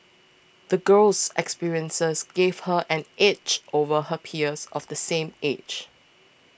the girl's experiences gave her an edge over her peers of the same age